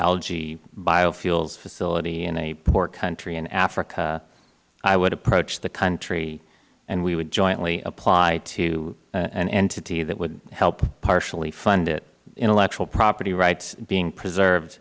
algae biofuels facility in a poor country in africa i would approach the country and we would jointly apply to an entity that would help partially fund it intellectual property rights being preserve